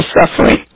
suffering